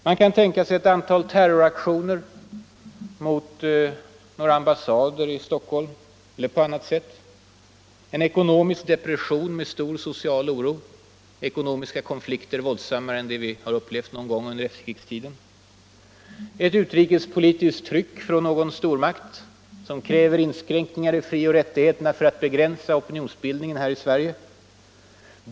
Man kan tänka sig ett antal terroraktioner mot några ambassader i Stockholm eller på annat sätt, en ekonomisk depression med stor social oro, ekonomiska konflikter våldsammare än dem vi har upplevt någon gång under efterkrigstiden, ett utrikespolitiskt tryck från någon stormakt som kräver inskränkningar i frioch rättigheterna för att begränsa opinionsbildningen här i Sverige.